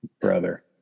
Brother